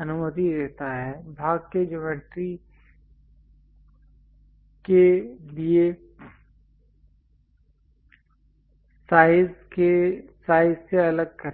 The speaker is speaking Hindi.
अनुमति देता है भाग के ज्योमेट्री के लिए साइज से अलग करिए